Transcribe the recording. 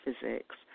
physics